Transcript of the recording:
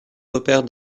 repaire